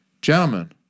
Gentlemen